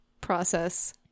process